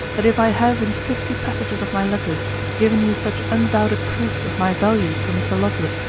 that if i have in fifty passages of my letters given you such undoubted proofs of my value for mr. lovelace,